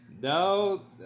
no